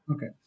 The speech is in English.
Okay